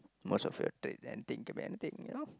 most of your thing and think of anything you know